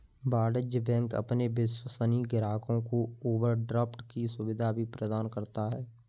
वाणिज्य बैंक अपने विश्वसनीय ग्राहकों को ओवरड्राफ्ट की सुविधा भी प्रदान करता है